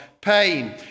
pain